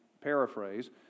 paraphrase